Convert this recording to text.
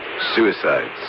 Suicides